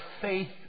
faith